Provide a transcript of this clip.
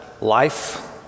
life